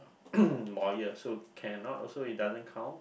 lawyer so cannot also it doesn't count